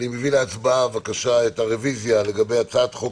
אני מביא להצבעה את הרוויזיה לגבי הצעת חוק